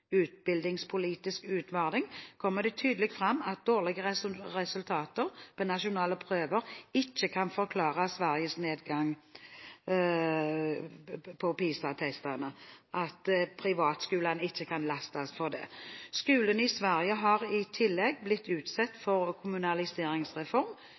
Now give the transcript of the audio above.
utbildningspolitisk utvärdering kommer det tydelig fram at dårligere resultater på nasjonale prøver ikke kan forklare Sveriges nedgang på PISA-testene – at privatskolene ikke kan lastes for det. Skolen i Sverige har i tillegg blitt utsatt